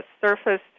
surface